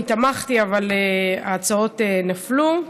אני תמכתי, אבל ההצעות נפלו.